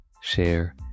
share